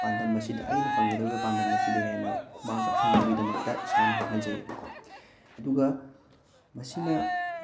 ꯄꯥꯟꯗꯝ ꯑꯁꯤꯗ ꯑꯩꯅ ꯐꯪꯒꯗꯧꯔꯤꯕ ꯄꯥꯟꯗꯝ ꯃꯁꯤꯗ ꯍꯦꯟꯅ ꯈꯨꯃꯥꯡ ꯆꯥꯎꯁꯟꯅꯕꯒꯤꯗꯃꯛꯇ ꯏꯁꯥꯅ ꯍꯣꯠꯅꯖꯩꯕꯀꯣ ꯑꯗꯨꯒ ꯃꯁꯤꯅ